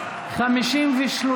עצים בוגרים),